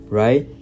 right